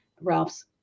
ralph's